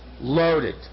loaded